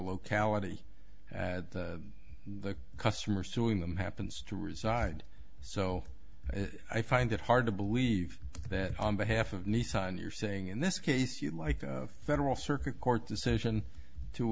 locality the customer suing them happens to reside so i find it hard to believe that on behalf of nissan you're saying in this case you like the federal circuit court decision to